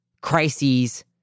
crises